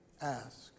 Ask